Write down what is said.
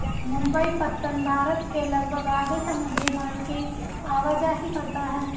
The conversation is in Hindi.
मुंबई पत्तन भारत के लगभग आधे समुद्री माल की आवाजाही करता है